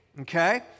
okay